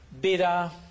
bitter